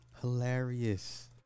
Hilarious